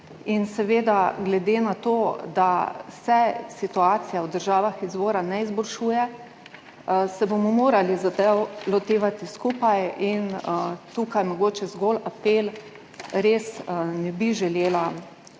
unije. In glede na to, da se situacija v državah izvora ne izboljšuje, se bomo morali zadev lotevati skupaj. Tukaj mogoče zgolj apel, res ne bi želela